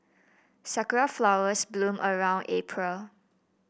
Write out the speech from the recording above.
sakura flowers bloom around April